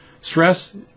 stress